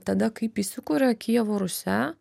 tada kaip įsikuria kijevo rusia